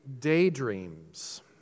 daydreams